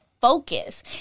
focus